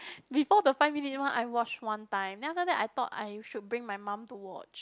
before the five minute one I watch one time then after that I thought I should bring my mum to watch